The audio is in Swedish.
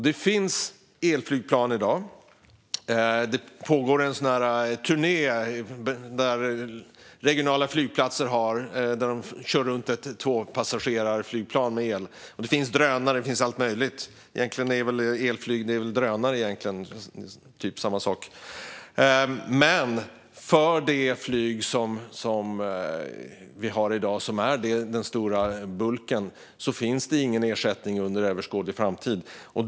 Det finns elflygplan i dag - det pågår en turné där man på regionala flygplatser kör runt ett tvåpassagerarplan med el. Det finns drönare och allt möjligt; egentligen är väl elflyg och drönare ungefär samma sak. Men för den stora delen av det flyg som vi har i dag finns det ingen ersättning under överskådlig framtid.